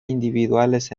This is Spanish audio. individuales